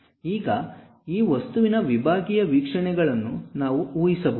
ಈಗ ಈ ವಸ್ತುವಿನ ವಿಭಾಗೀಯ ವೀಕ್ಷಣೆಗಳನ್ನು ನಾವು ಊಹಿಸಬಹುದೇ